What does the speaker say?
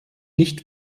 nicht